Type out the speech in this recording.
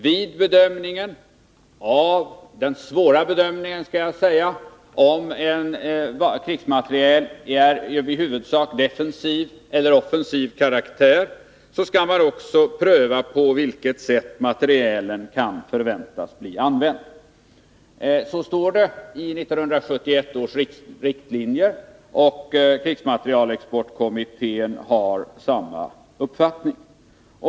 Vid den svåra bedömningen, om krigsmaterielen i huvudsak är av defensiv eller offensiv karaktär skall man också pröva på vilket sätt materielen kan förväntas bli använd. Detta står i 1971 års riktlinjer, och krigsmaterielexportkommittén har samma uppfattning.